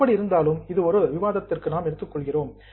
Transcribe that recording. எப்படி இருந்தாலும் இது ஒரு விவாதத்திற்கு நாம் எடுத்துக் கொள்கிறோம்